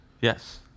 Yes